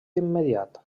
immediat